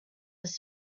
his